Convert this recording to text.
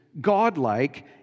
godlike